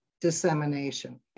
dissemination